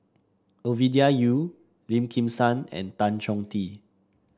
Ovidia Yu Lim Kim San and Tan Chong Tee